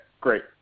Great